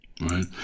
right